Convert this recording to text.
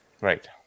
Right